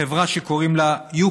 חברה שקוראים לה "יו.